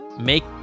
make